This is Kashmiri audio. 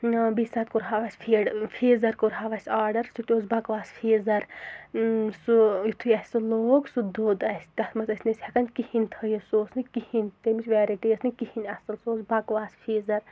بیٚیہِ ساتہٕ کوٚرہا اَسہِ فیٖڈ فیٖزَر کوٚر ہاو اَسہِ آرڈَر سُہ تہِ اوس بَکواس فیٖزَر سُہ یُتھُے اَسہِ سُہ لوگ سُہ دۄد اَسہِ تَتھ منٛز ٲسۍ نہٕ أسۍ ہیٚکان کِہیٖنۍ تھٲیِتھ سُہ اوس نہٕ کِہیٖنۍ تمِچ ویرایٹی ٲسۍ نہٕ کِہیٖنۍ اَصٕل سُہ اوس بَکواس فیٖزَر